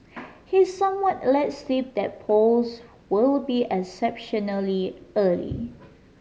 he somewhat let slip that polls will be exceptionally early